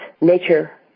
nature